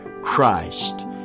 Christ